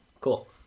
Cool